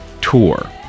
tour